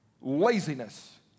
laziness